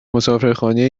مسافرخانه